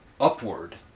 upward